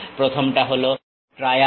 প্রথমটা হলো ট্রায়াড